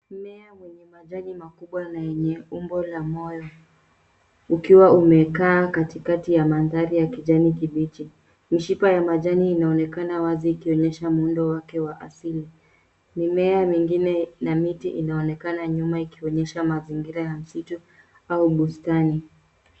Mimea wenye majani makubwa na yenye umbo wa moyo ukiwa umekaa katikati ya mandhari ya kijani kibichi. Mishipa ya majani inaonekana wazi ikionyesha muundo wake wa asili. Mimea mingine na miti ikionyesha nyuma ikionyesha mazingira ya msitu au bustani.